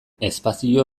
espazio